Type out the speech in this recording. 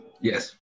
Yes